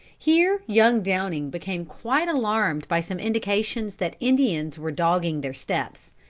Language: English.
here young downing became quite alarmed by some indications that indians were dogging their steps.